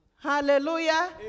Hallelujah